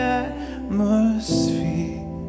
atmosphere